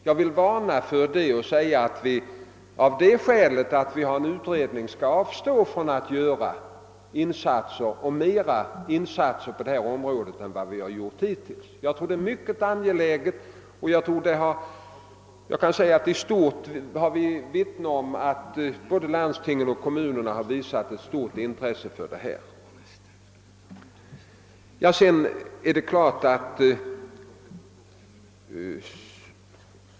Jag vill varna för en sådan inställning, som leder till att man avstår från ytterligare insatser på detta område. Jag finner det dock mycket angeläget att omvittna att både landstingen och primärkommunerna i allmänhet visat ett stort intresse för denna verksamhet.